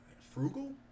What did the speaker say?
frugal